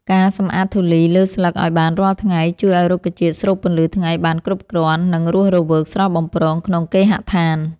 ការសម្អាតធូលីលើស្លឹកឱ្យបានរាល់ថ្ងៃជួយឱ្យរុក្ខជាតិស្រូបពន្លឺថ្ងៃបានគ្រប់គ្រាន់ និង រស់រវើកស្រស់បំព្រងក្នុងគេហដ្ឋាន។